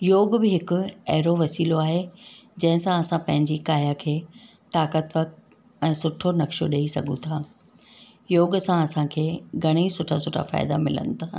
योग बि हिकु अहिड़ो वसीलो आहे जंहिंसां असां पंहिंजी काया खे ताक़तवर ऐं सुठो नक्शो ॾई सघूं था योग सां असांखे घणेई सुठा सुठा फ़ाइदा मिलनि था